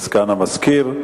והצעת חוק התכנון והבנייה (תיקון מס' 95),